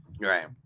Right